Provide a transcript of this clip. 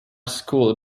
school